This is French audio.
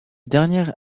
dernier